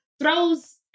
throws